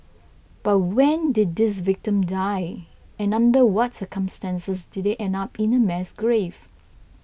but when did these victim die and under what's circumstances did they end up in a mass grave